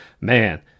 man